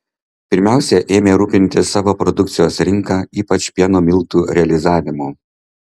pirmiausia ėmė rūpintis savo produkcijos rinka ypač pieno miltų realizavimu